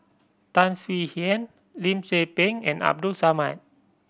Tan Swie Hian Lim Tze Peng and Abdul Samad